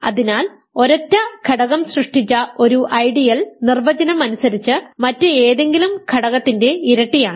അതിനാൽ ഒരൊറ്റ ഘടകം സൃഷ്ടിച്ച ഒരു ഐഡിയൽ നിർവചനം അനുസരിച്ച് മറ്റ് ഏതെങ്കിലും ഘടകത്തിന്റെ ഇരട്ടിയാണ്